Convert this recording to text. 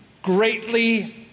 greatly